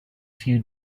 few